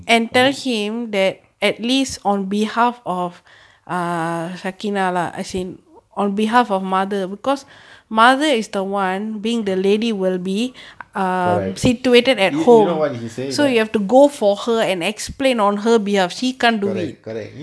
correct you you know why he said that correct correct